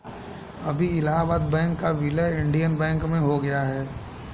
अभी इलाहाबाद बैंक का विलय इंडियन बैंक में हो गया है